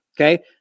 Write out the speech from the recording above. okay